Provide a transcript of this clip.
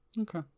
Okay